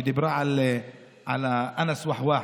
שדיברה על הנרצח אנאס ווחוואח,